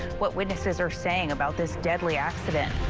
what witnesses are saying about this deadly accident.